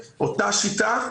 אותה שיטה,